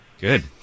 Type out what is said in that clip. good